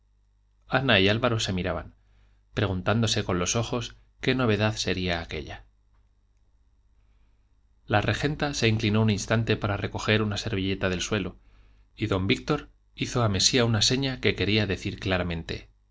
ana y álvaro se miraban preguntándose con los ojos qué novedad sería aquella la regenta se inclinó un instante para recoger una servilleta del suelo y don víctor hizo a mesía una seña que quería decir claramente